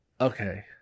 okay